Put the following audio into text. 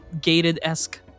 gated-esque